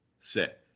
sit